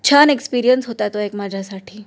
छान एक्सपिरियन्स होता तो एक माझ्यासाठी